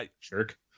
jerk